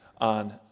on